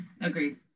agreed